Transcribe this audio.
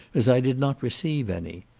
as i did not receive any.